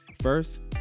First